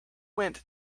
went